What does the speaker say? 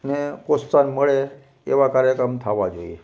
ને પ્રોત્સાહન મળે એવા કાર્યક્રમ થવા જોઈએ